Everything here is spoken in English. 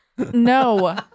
No